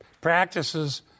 practices